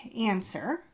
answer